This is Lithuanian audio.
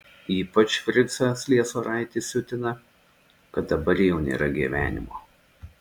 ypač fricą sliesoraitį siutina kad dabar jau nėra gyvenimo